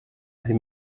sie